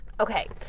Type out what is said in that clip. Okay